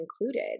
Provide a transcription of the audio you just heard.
included